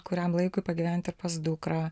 kuriam laikui pagyventi pas dukrą